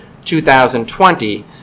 2020